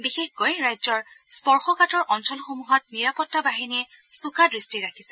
বিশেষকৈ ৰাজ্যৰ স্পৰ্শকাতৰ অঞ্চলসমূহত নিৰাপত্তা বাহিনীয়ে চোকা দৃষ্টি ৰাখিছে